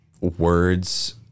words